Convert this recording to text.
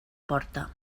porta